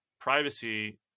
privacy